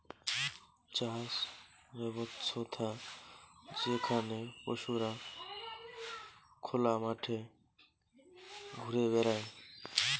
চাষ ব্যবছ্থা যেখানে পশুরা খোলা মাঠে ঘুরে বেড়ায়